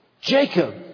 Jacob